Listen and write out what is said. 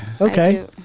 Okay